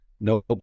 no